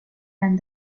and